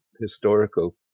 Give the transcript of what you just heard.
historical